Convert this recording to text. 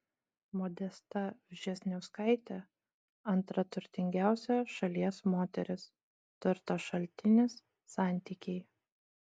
modesta vžesniauskaitė antra turtingiausia šalies moteris turto šaltinis santykiai